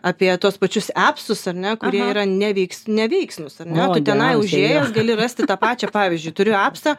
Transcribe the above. apie tuos pačius epsus ar ne kurie yra neveiks neveiksnūs ar ne tu tenai užėjęs gali rasti tą pačią pavyzdžiui turiu epsą